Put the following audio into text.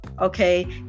Okay